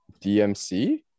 DMC